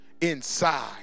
inside